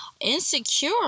Insecure